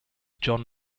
john